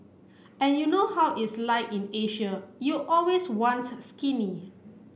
and you know how it's like in Asia you always want skinny